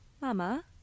Mama